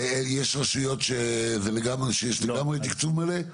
ויש רשויות שזה לגמרי שיש תקצוב מלא?